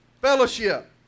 Fellowship